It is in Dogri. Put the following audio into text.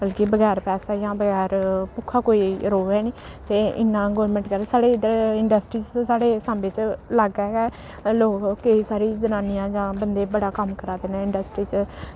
बल्कि बगैर पैसे जां बगैर भुक्खा कोई र'वै निं ते इन्ना गौरमैंट केह्दे साढ़े इद्धर इंडस्ट्री च साढ़े सांबे च लागै गै लोक केईं सारे जनानियां जां बंदे बड़ा कम्म करा करा दे न इंडस्ट्री च